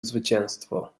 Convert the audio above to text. zwycięstwo